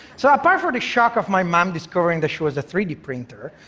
so apart from the shock of my mom discovering that she was a three d printer,